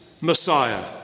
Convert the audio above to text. Messiah